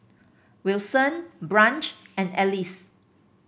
Wilson Branch and Alys